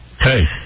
Hey